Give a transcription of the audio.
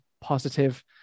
positive